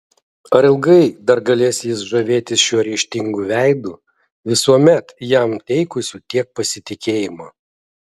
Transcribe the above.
ar ilgai dar galės jis žavėtis šiuo ryžtingu veidu visuomet jam teikusiu tiek pasitikėjimo